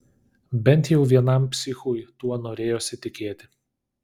bent jau vienam psichui tuo norėjosi tikėti